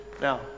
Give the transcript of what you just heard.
Now